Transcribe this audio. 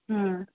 हम्म